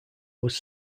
was